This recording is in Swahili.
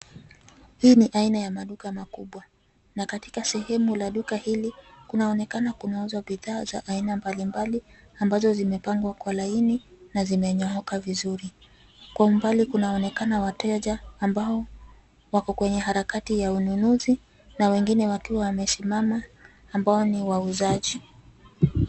Hii ni aina ya maduka makubwa, na katika sehemu la duka hili, kunaonekana kunauzwa bidhaa za aina mbalimbali ambazo zimepangwa kwa laini na zimenyooka vizuri. Kwa umbali kunaonekana wateja ambao wako kwenye harakati ya ununuzi na wengine wakiwa wamesimama, ambao ni wauzaji.